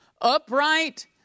upright